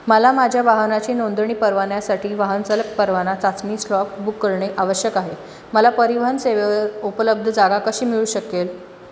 मला माझ्या वाहनाची नोंदणी परवान्यासाठी वाहनचालक परवाना चाचणी स्टॉक बुक करणे आवश्यक आहे मला परिवहन सेवेवर उपलब्ध जागा कशी मिळू शकेल